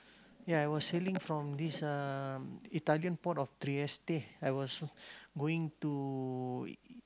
ya I was sailing from this um Italian port of Trieste I was going to